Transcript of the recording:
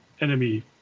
enemy